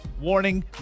Warning